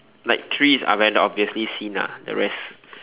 like three is are very obviously seen ah the rest